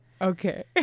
Okay